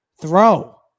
throw